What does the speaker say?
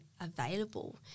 available